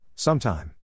Sometime